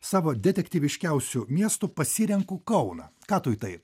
savo detektyviškiausių miestų pasirenku kauną ką tu į tai